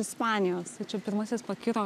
ispanijos tai čia pirmasis pakiro